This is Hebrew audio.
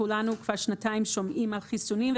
כולנו כבר שנתיים שומעים על חיסונים,